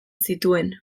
zituen